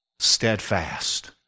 steadfast